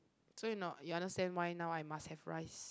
so you kno~ you understand why now I must have rice